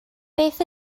beth